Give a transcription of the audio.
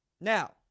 now